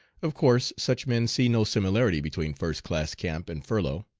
of course such men see no similarity between first class camp and furlough.